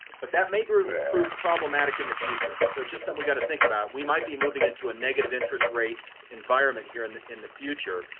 but that may prove prove problematic in the future. so just so we gotta think about, we might be moving into a negative interest rate environment here in the in the future,